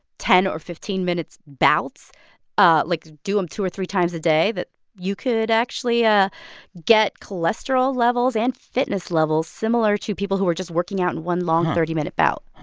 ten or fifteen minute bouts ah like, do them two or three times a day that you could actually ah get cholesterol levels and fitness levels similar to people who are just working out in one long, thirty minute bout.